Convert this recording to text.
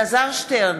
אלעזר שטרן,